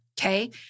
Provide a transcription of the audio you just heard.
okay